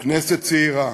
"כנסת צעירה".